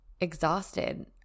exhausted